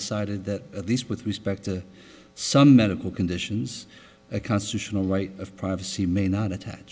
decided that at least with respect to some medical conditions a constitutional right of privacy may not attach